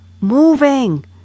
moving